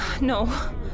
no